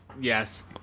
Yes